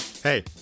Hey